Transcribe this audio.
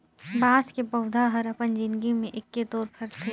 बाँस के पउधा हर अपन जिनगी में एके तोर फरथे